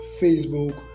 Facebook